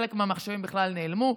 וחלק מהמחשבים בכלל נעלמו,